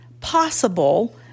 possible